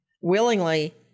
willingly